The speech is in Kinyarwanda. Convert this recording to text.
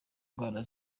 ndwara